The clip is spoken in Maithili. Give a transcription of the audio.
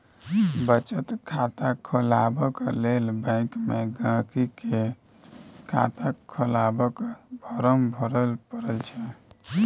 बचत खाता खोलबाक लेल बैंक मे गांहिकी केँ खाता खोलबाक फार्म भरय परय छै